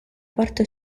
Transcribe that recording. parte